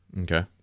Okay